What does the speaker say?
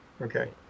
Okay